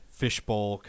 fishbowl